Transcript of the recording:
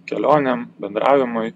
kelionėm bendravimui